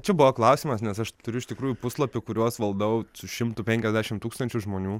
čia buvo klausimas nes aš turiu iš tikrųjų puslapių kuriuos valdau su šimtu penkiasdešim tūkstančių žmonių